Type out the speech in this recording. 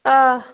آ